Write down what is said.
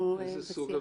איזה סוג עבירות?